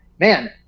man